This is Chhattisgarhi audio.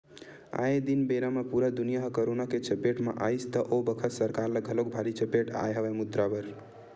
आये दिन बेरा म पुरा दुनिया ह करोना के चपेट म आइस त ओ बखत सरकार ल घलोक भारी चपेट आय हवय मुद्रा बर